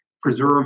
preserve